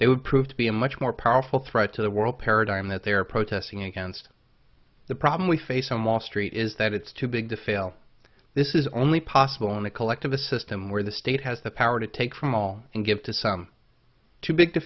they would prove to be a much more powerful threat to the world paradigm that they are protesting against the problem we face on wall street is that it's too big to fail this is only possible in the collective a system where the state has the power to take from all and give to some too big to